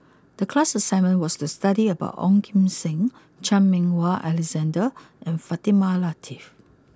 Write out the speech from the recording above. the class assignment was to study about Ong Kim Seng Chan Meng Wah Alexander and Fatimah Lateef